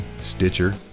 Stitcher